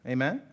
Amen